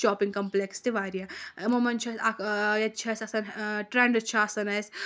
shopping complexes تہِ واریاہ یِمو منٛز چھِ اَسہِ اَکھ ییٚتہِ چھِ اَسہِ آسان ٹرٛٮ۪نڈٕز چھِ آسان اَسہِ